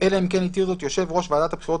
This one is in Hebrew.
אלא אם כן התיר זאת יושב ראש ועדת הבחירות